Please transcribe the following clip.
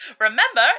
Remember